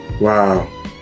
Wow